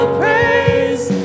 praise